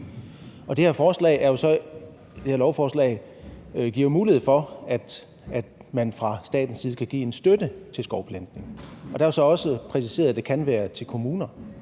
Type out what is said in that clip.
Det her lovforslag giver jo mulighed for, at man fra statens side kan give en støtte til skovplantning. Der er jo så også præciseret, at det kan være til kommuner.